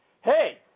hey